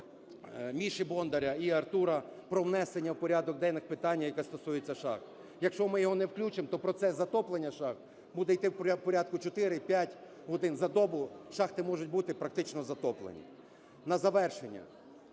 Міші Бондаря, і Артура про внесення в порядок денний питання, яке стосується шахт. Якщо ми його не включимо, то процес затоплення шахт буде йти в порядку 4-5 годин за добу, шахти можуть бути практично затоплені. На завершення.